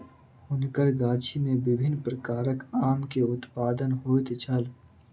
हुनकर गाछी में विभिन्न प्रकारक आम के उत्पादन होइत छल